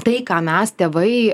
tai ką mes tėvai